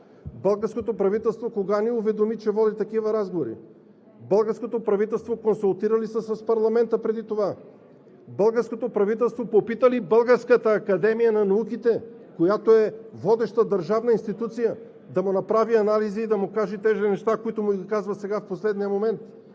Българското правителство кога ни уведоми, че води такива разговори? Българското правителство консултира ли се с парламента преди това? Българското правителство попита ли Българската академия на науките, която е водеща държавна институция, да му направи анализи и да му каже тези неща, които ги казва в последния момент,